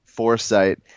foresight